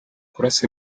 kurasa